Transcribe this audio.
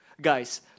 guys